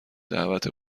دعوت